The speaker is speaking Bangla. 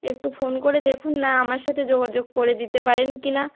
একটু ফোন করে দেখুন না আমার সাথে যোগাযোগ করে দিতে পারেন কি না